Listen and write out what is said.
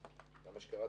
גם מה שקראתי,